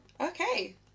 Okay